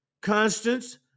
Constance